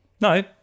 No